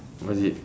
what is it